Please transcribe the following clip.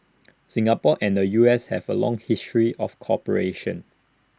Singapore and the U S have A long history of cooperation